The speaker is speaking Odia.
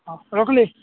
ହଉ ରଖଲି